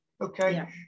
okay